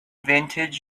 vintage